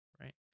right